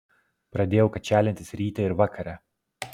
pradėjau kačialintis ryte ir vakare